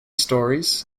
storeys